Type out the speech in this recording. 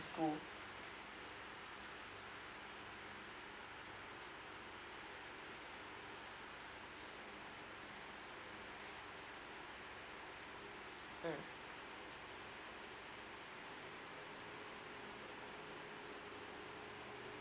school